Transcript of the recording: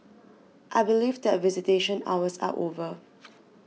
I believe that visitation hours are over